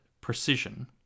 precision